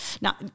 now